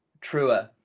truer